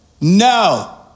no